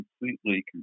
completely